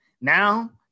Now